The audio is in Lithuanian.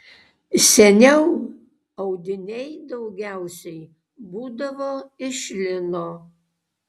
seniau audiniai daugiausiai būdavo iš lino